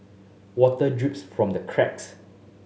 water drips from the cracks